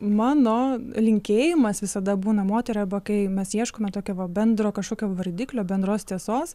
mano linkėjimas visada būna moteriai arba kai mes ieškome tokio va bendro kažkokiam vardiklio bendros tiesos